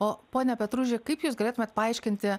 o pone petruži kaip jūs galėtumėt paaiškinti